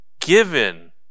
given